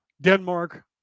Denmark